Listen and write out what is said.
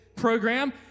program